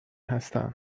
هستند